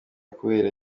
kubera